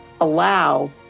allow